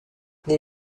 les